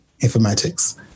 informatics